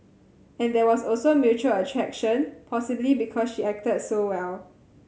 and there was also mutual attraction possibly because she acted so well